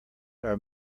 are